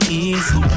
easy